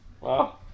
Wow